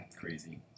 Crazy